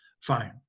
Fine